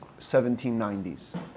1790s